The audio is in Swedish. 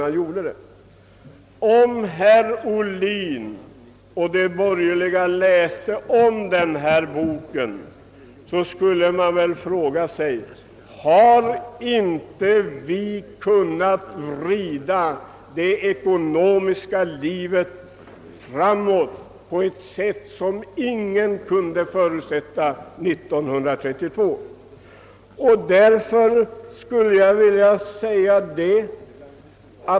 Jag tycker att herr Ohlin och övriga borgerliga borde läsa om den boken och sedan ställa sig frågan: Har inte vår ekonomi kunnat föras framåt på ett sätt som ingen kunde förutse år 1932?